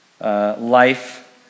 life